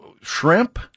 shrimp